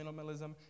Minimalism